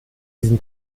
diesen